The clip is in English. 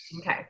Okay